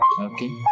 Okay